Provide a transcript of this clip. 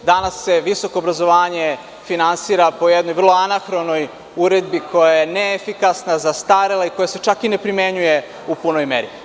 Danas se visoko obrazovanje finansira po jednoj vrlo anahronoj uredbi koja je neefikasna, zastarela, koja se čak i ne primenjuje u punoj meri.